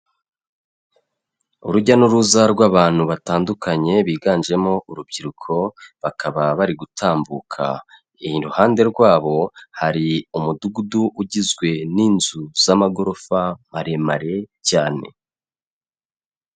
Urujya n'uruza rw'abantu batandukanye biganjemo urubyiruko bakaba bari gutambuka, iruhande rwabo hari umudugudu ugizwe n'inzu z'amagorofa maremare cyane.